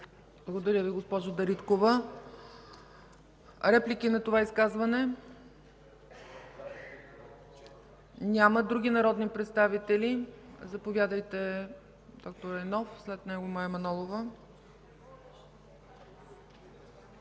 Благодаря Ви, госпожо Дариткова. Реплики на това изказване? Няма. Други народни представители? Заповядайте, д-р Райнов, след него – Мая Манолова.